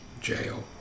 Jail